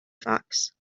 fox